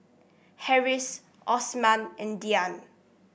Harris Osman and Dian